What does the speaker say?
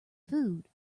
food